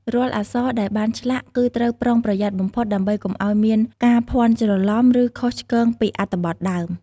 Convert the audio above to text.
រាល់អក្សរដែលបានឆ្លាក់ គឺត្រូវប្រុងប្រយ័ត្នបំផុតដើម្បីកុំឱ្យមានការភាន់ច្រឡំ ឬខុសឆ្គងពីអត្ថបទដើម។